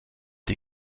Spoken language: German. die